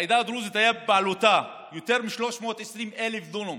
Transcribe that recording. העדה הדרוזית, היה בבעלותה יותר מ-320,000 דונם